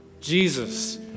Jesus